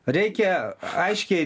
reikia aiškiai